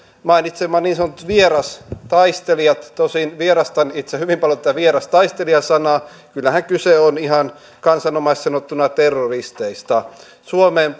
mainitsemat niin sanotut vierastaistelijat tosin vierastan itse hyvin paljon tätä vierastaistelija sanaa kyllähän kyse on ihan kansanomaisesti sanottuna terroristeista eli suomeen